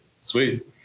Sweet